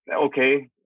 okay